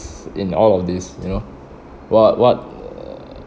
in all of this you know what what uh